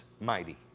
mighty